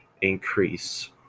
increase